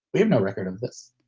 we have no record of this.